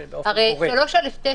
3(א)(9)